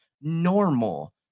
normal